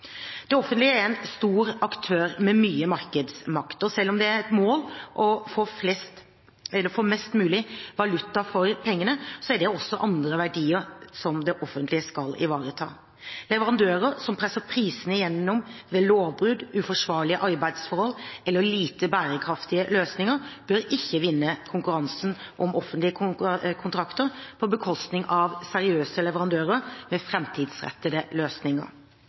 Det offentlige er en stor aktør med mye markedsmakt, og selv om det er et mål å få mest mulig valuta for pengene, er det også andre verdier det offentlige skal ivareta. Leverandører som presser prisene gjennom lovbrudd, uforsvarlige arbeidsforhold eller lite bærekraftige løsninger, bør ikke vinne konkurransen om offentlige kontrakter på bekostning av seriøse leverandører med framtidsrettede løsninger.